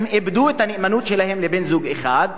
הן איבדו את הנאמנות שלהן לבן-זוג אחד.